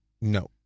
No